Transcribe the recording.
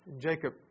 Jacob